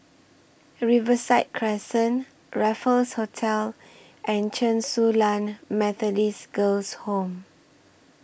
Riverside Crescent Raffles Hotel and Chen Su Lan Methodist Girls' Home